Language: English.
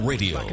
Radio